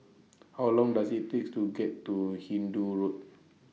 How Long Does IT takes to get to Hindoo Road